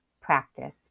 practice